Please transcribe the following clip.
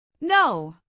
No